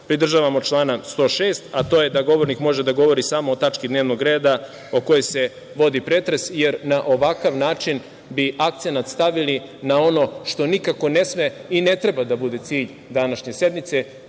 pridržavamo člana 106, a to je da govornik može da govori samo o tački dnevnog reda o kojoj se vodi pretres, jer na ovakav način bi akcenat stavili na ono što nikako ne sme i ne treba da bude cilj današnje sednice.